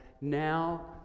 Now